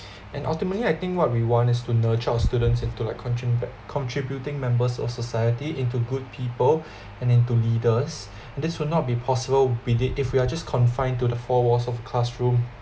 and ultimately I think what we want is to nurture all students into like contri~ contributing members of society into good people and then to leaders and this will not be possible with it if we are just confined to the four walls of classroom